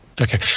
Okay